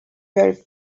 very